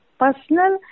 personal